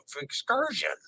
excursion